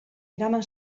eraman